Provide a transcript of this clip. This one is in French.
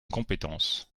compétence